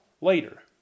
later